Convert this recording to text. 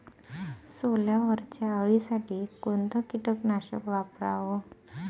सोल्यावरच्या अळीसाठी कोनतं कीटकनाशक वापराव?